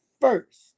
first